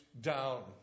down